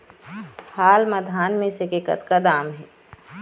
हाल मा धान मिसे के कतका दाम हे?